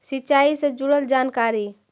सिंचाई से जुड़ल जानकारी?